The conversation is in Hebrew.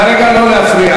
כרגע לא להפריע.